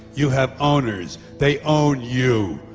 you have owners. they own you.